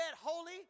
holy